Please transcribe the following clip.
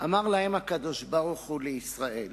אמר להם הקדוש-ברוך-הוא לישראל,